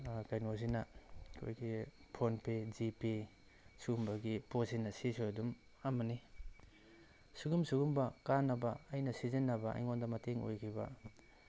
ꯀꯩꯅꯣꯁꯤꯅ ꯑꯩꯈꯣꯏꯒꯤ ꯐꯣꯟꯄꯦ ꯖꯤꯄꯦ ꯁꯨꯝꯕꯒꯤ ꯄꯣꯠꯁꯤꯅ ꯁꯤꯁꯨ ꯑꯗꯨꯝ ꯑꯃꯅꯤ ꯁꯤꯒꯨꯝ ꯁꯤꯒꯨꯝꯕ ꯀꯥꯥꯟꯅꯕ ꯑꯩꯅ ꯁꯤꯖꯤꯟꯅꯕ ꯑꯩꯉꯣꯟꯗ ꯃꯇꯦꯡ ꯑꯣꯏꯈꯤꯕ